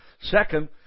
Second